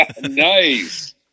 Nice